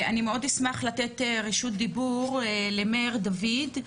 אני מאוד אשמח לתת רשות דיבור למאיר דוד,